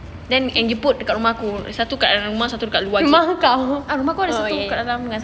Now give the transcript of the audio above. then and you put dekat rumah ku satu kat dalam rumah satu dekat luar rumah aku ada satu dekat dalam dengan satu